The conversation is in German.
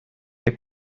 der